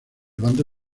bando